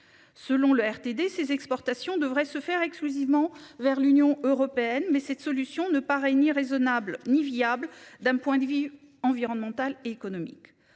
Selon le RTD ses exportations devrait se faire exclusivement vers l'Union européenne, mais cette solution ne paraît ni raisonnable ni viable, d'un point de vue environnemental et économique.